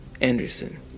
Anderson